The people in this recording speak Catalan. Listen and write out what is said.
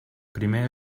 primer